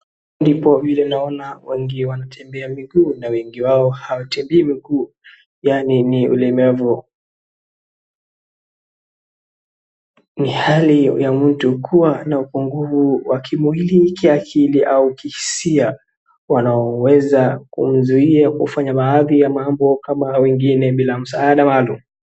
Ndipo vile naona wengi wanatembea mguu na wengi wao hawatembei mguu yaani ni ulemavu. Ni hali ya mtu kuwa na upungufu wa kimo ili kiakili au kihisia, wanaoweza kumzuia kufanya baadhi ya mambo kama wengine bila msaada maalum.